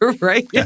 right